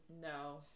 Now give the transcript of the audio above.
No